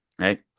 Right